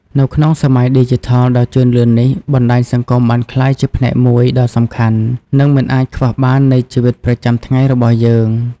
នៅក្នុងសម័យឌីជីថលដ៏ជឿនលឿននេះ បណ្ដាញសង្គមបានក្លាយជាផ្នែកមួយដ៏សំខាន់ និងមិនអាចខ្វះបាននៃជីវិតប្រចាំថ្ងៃរបស់យើង។